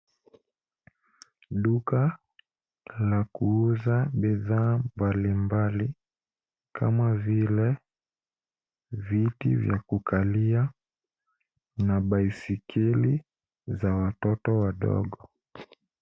Duka la kuuza bidhaa mbalimbali, kama vile viti vya kukalia, na baiskeli za watoto wadogo.